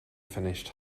finished